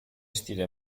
stile